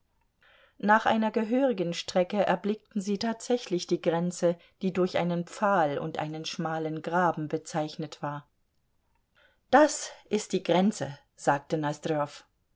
nach einer gehörigen strecke erblickten sie tatsächlich die grenze die durch einen pfahl und einen schmalen graben bezeichnet war das ist die grenze sagte